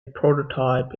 prototype